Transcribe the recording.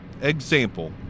example